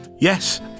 Yes